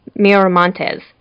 Miramontes